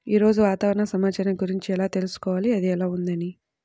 ఈరోజు వాతావరణ సమాచారం గురించి ఎలా తెలుసుకోవాలి అది ఎలా ఉంది అని?